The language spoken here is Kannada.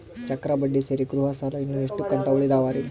ಚಕ್ರ ಬಡ್ಡಿ ಸೇರಿ ಗೃಹ ಸಾಲ ಇನ್ನು ಎಷ್ಟ ಕಂತ ಉಳಿದಾವರಿ?